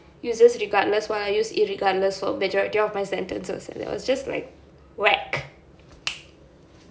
uses regardless while I use irregardless for majority of my sentences that was just like wack